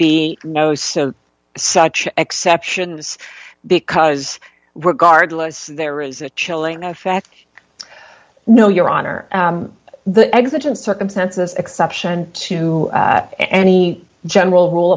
be no so such exceptions because regardless there is a chilling effect no your honor the exemption circumstances exception to any general rule